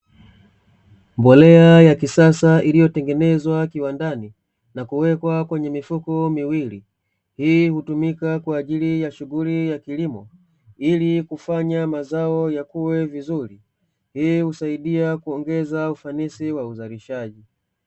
Mbolea ya kisasa iliyotengenezwa kiwandani, na kuwekwa kwenye mifuko miwili. Hii hutumika kwa ajili ya shughuli ya kilimo, ili kufanya mazao yakue vizuri. Hii husaidia kuongeza ufanisi wa uzalishaji.